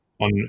on